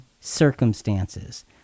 circumstances